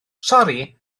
sori